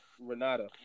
Renata